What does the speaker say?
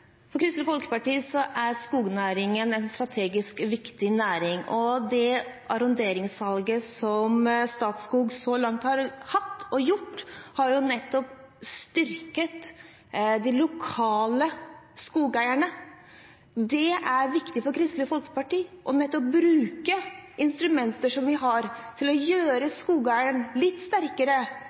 For Kristelig Folkeparti er skognæringen en strategisk viktig næring, og det arronderingssalget som Statskog så langt har gjort, har jo nettopp styrket de lokale skogeierne. Det er viktig for Kristelig Folkeparti nettopp å bruke instrumenter som vi har, til å gjøre skogeierne litt sterkere